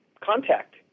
contact